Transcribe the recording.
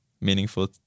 meaningful